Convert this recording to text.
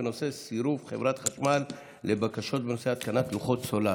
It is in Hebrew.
בנושא: סירוב חברת חשמל לבקשות בנושאי התקנת לוחות סולריים.